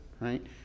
right